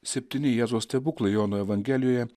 septyni jėzaus stebuklai jono evangelijoje